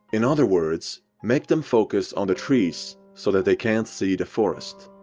in other words, make them focus on the trees so that they can't see the forest.